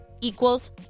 equals